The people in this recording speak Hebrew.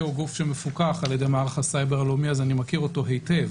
הוא גוף שמפוקח על ידי מערך הסייבר הלאומי אז אני מכיר אותו היטב